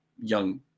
young